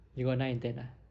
you got nine and ten ah